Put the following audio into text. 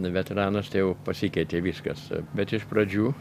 veteranas tai jau pasikeitė viskas bet iš pradžių